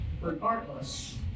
regardless